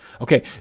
Okay